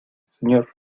señor